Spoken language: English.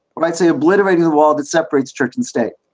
i'd say, obliterating the wall that separates church and state